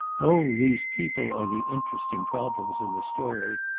oh, these people are the interesting problems in this story.